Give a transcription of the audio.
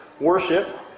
worship